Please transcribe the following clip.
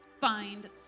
find